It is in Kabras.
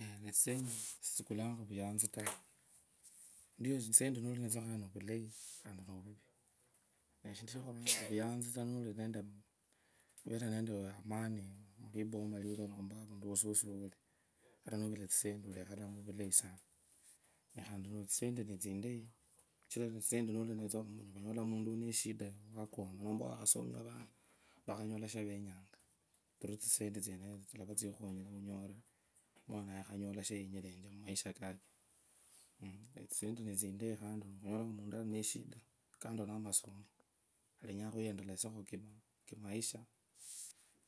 Ayaa neetsisendi sitsikulanga vuyanzi taa ndiye tsisendi nuli ninetse khandi novulayi khandi nuvuri nokhuyanza tsa sichira evere nendee amani miliboma levewe ate novula tsisendi olekhalamu vulayi sana bhandi tsisendi notsindeyi sichira nuli nashola nomba omuntu yakhasoma omwana, omuana yakhanyola shanyireche maisha kake tsisendi netsindeyi kando namasomo ulanyola muntu alenyanga khuyenderesia kimaisha